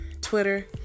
Twitter